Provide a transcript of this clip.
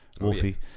Wolfie